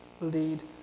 lead